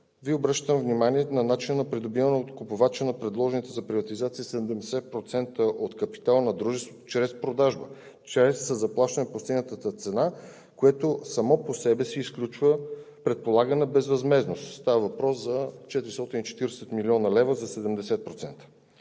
Ви обръщам внимание на начина на придобиване от купувача на предложените за приватизация 70% от капитала на дружеството чрез продажбата, чрез заплащането на постигнатата цена, което само по себе си изключва предполагана безвъзмездност. Става въпрос за 440 млн. лв., за 70%.